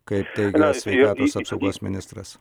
kaip teigia sveikatos apsaugos ministras